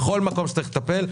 אנחנו נטפל בכל מקום שצריך לטפל.